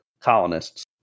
colonists